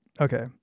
Okay